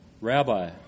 Rabbi